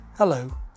Hello